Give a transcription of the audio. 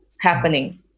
happening